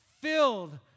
filled